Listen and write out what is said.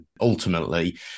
ultimately